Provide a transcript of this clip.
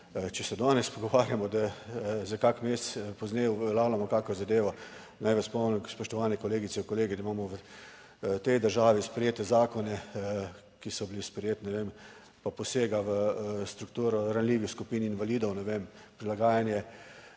če se danes pogovarjamo, da za kak mesec pozneje uveljavljamo kakšno zadevo, naj vas spomnim, spoštovane kolegice in kolegi, da imamo v tej državi sprejete zakone, ki so bili sprejeti, ne vem, pa posega v strukturo ranljivih skupin invalidov, ne vem, prilagajanje